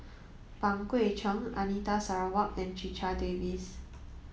Pang Guek Cheng Anita Sarawak and Checha Davies